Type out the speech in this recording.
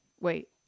wait